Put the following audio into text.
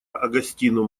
огастину